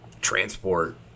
transport